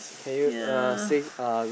ya